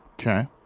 Okay